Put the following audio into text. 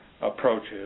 approaches